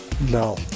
No